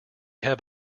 have